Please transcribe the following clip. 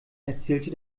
erzählte